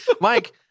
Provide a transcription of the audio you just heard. Mike